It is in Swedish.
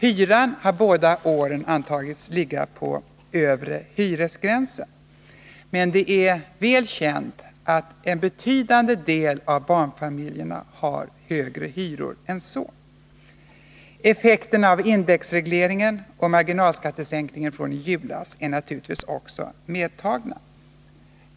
Hyran har båda åren antagits ligga på övre hyresgränsen för bostadsbidrag, men det är väl känt att en betydande del av barnfamiljerna har högre hyror än så. Effekterna av indexregleringen och marginalskattesänkningen från i julas är naturligtvis också medtagna.